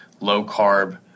low-carb